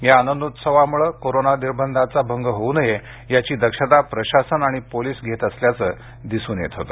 या आनंदोत्सवामुळे कोरोना निर्बंधांचा भंग होऊ नये याची दक्षता प्रशासन आणि पोलीस घेत असल्याचं दिसून येत होतं